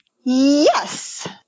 Yes